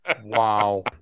wow